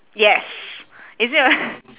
yes is it a